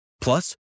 Plus